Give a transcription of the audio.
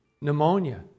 pneumonia